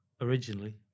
Originally